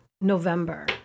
November